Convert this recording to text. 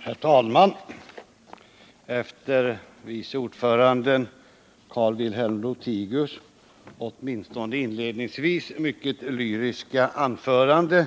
Herr talman! Efter vice ordföranden Carl-Wilhelm Lothigius åtminstone inledningsvis mycket lyriska anförande